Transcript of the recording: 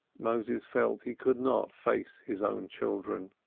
moses felt he could not face his own children.